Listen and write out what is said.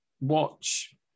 watch